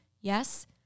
yes